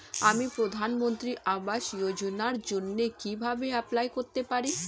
আমি প্রধানমন্ত্রী আবাস যোজনার জন্য কিভাবে এপ্লাই করতে পারি?